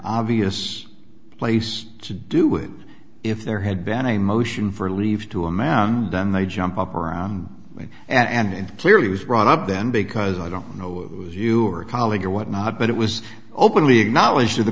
obvious place to do with if there had been a motion for leave to a man then they jump up around and clearly was brought up then because i don't know it was you or a colleague or whatnot but it was openly acknowledged to the